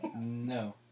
No